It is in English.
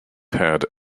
had